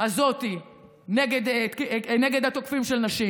הזאת נגד תוקפים של נשים.